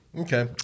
Okay